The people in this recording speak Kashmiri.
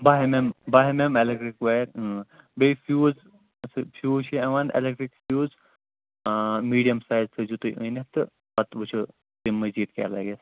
بہہ ایٚم ایٚم بہہ ایٚم ایٚم ایٚلیٚکٹرک وایِر اۭں بیٚیہِ فیوٗز سُہ فیوٗز چھِ یِوان ایٚلیٚکٹرک فیوٗز میڈِیِم سایِز تھٲیِزیو تُہۍ أنِتھ تہٕ پَتہٕ وُچھَو تمہِ مٔزیٖد کیٛاہ لَگیٚس